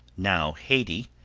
now hayti,